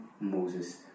Moses